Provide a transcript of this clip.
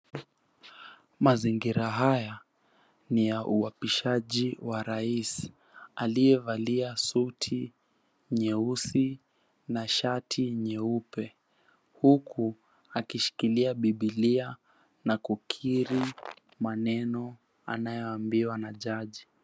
Mazingira haya ni ya uapishaji wa Rais aliyevalia suti nyeusi na shati nyeupe, huku akishikilia Biblia na kukiri maneno anayoambiwa na Jaji.